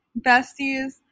besties